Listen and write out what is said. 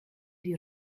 die